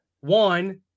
one